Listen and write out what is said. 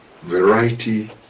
variety